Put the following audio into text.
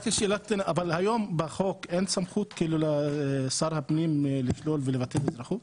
היום בחוק אין סמכות לשר הפנים לשלול ולבטל אזרחות?